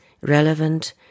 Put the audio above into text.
relevant